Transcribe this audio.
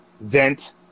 vent